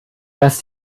dass